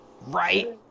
Right